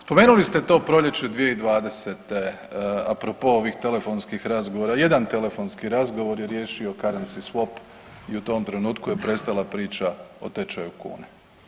Spomenuli ste to proljeće 2020., apropo ovih telefonskih razgovora, 1 telefonski razgovor je riješio currency swap i u tom trenutku je prestala priča o tečaju kune.